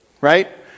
right